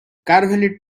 cavalry